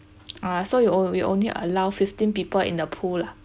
ah so you we will only allow fifteen people in the pool lah